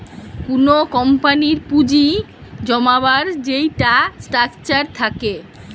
কুনো কোম্পানির পুঁজি জমাবার যেইটা স্ট্রাকচার থাকে